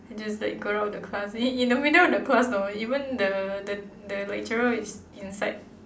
I just like got out of the class in in the middle of the class though even the the the lecturer is inside